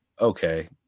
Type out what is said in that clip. okay